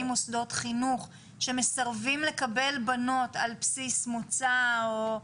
מוסדות חינוך שמסרבים לקבל בנות על בסיס מוצא וכדומה?